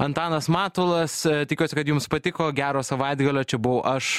antanas matulas tikiuosi kad jums patiko gero savaitgalio čia buvau aš